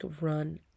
run